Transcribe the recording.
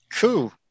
cool